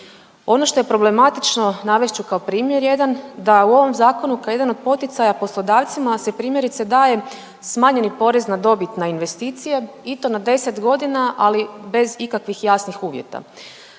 Ono što je problematično navest ću kao primjer jedan da u ovom zakonu kao jedan od poticaja poslodavcima se primjerice daje smanjeni porez na dobit na investicije i to na 10 godina, ali bez ikakvih jasnih uvjeta.